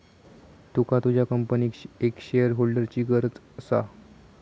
तुका तुझ्या कंपनीक एक शेअरहोल्डरची गरज असा